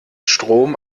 strom